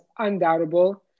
undoubtable